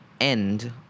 end